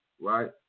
right